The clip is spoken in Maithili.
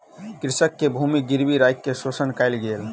कृषक के भूमि गिरवी राइख के शोषण कयल गेल